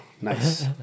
nice